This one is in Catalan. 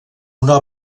una